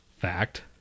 Fact